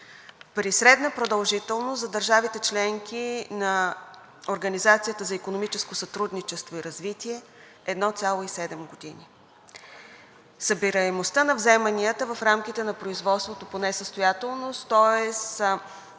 при средна продължителност за държавите – членки на Организацията за икономическо сътрудничество и развитие, е 1,7 години. Събираемостта на вземанията в рамките на производството по несъстоятелност, тоест